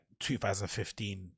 2015